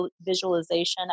visualization